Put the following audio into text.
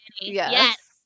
yes